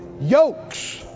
Yokes